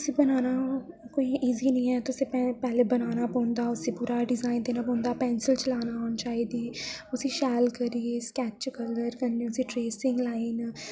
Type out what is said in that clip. उसी बनाना कोई इजी नेईं ऐ तुसें पैह्लें बनाना पौंदा उसी पूरा डिज़ाइन देना पौंदा पेंसिल चलाना औनी चाहिदी उसी शैल करियै स्केच कलर कन्नै उसी ट्रेसिंग लाइन